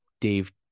Dave